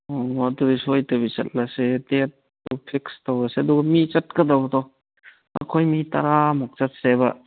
ꯑꯣ ꯑꯗꯨꯗꯤ ꯁꯣꯏꯗꯕꯤ ꯆꯠꯂꯁꯦ ꯗꯦꯠꯇꯣ ꯐꯤꯛꯁ ꯇꯧꯔꯁꯤ ꯑꯗꯨꯒ ꯃꯤ ꯆꯠꯀꯗꯕꯗꯣ ꯑꯩꯈꯣꯏ ꯃꯤ ꯇꯔꯥꯃꯨꯛ ꯆꯠꯁꯦꯕ